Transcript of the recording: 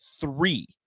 three